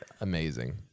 amazing